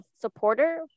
supporter